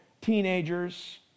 teenagers